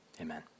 amen